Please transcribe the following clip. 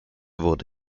vote